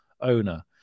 owner